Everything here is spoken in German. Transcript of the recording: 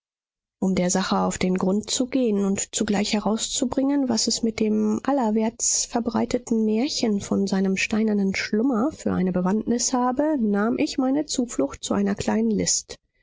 um der sache auf den grund zu gehen und zugleich herauszubringen was es mit dem allerwärts verbreiteten märchen von seinem steinernen schlummer für eine bewandtnis habe nahm ich meine zuflucht zu einer kleinen list